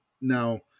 now